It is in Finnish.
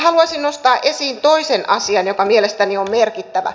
haluaisin nostaa esiin toisen asian joka mielestäni on merkittävä